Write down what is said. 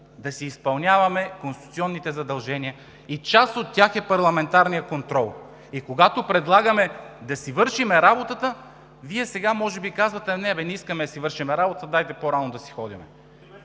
да си изпълняваме конституционните задължения и част от тях е парламентарният контрол. И когато предлагаме да си вършим работата, Вие сега може би казвате: а, бе не, не искаме да си вършим работата, дайте по-рано да си ходим.